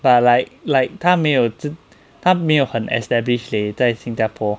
but like like 他没有他没有很 establish leh 在新加坡